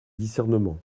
discernement